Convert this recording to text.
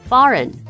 Foreign